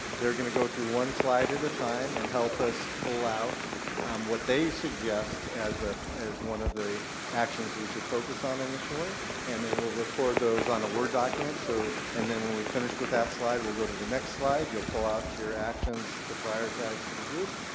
they're going to go through one slide at a time and help us pull out what they suggest as ah as one of the actions we should focus on initially and then we'll record those on a word document, so and then when we're finished with that slide we'll go to the next slide. you'll pull out your actions to prioritize for the group.